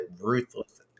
ruthless